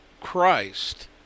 Christ